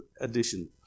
addition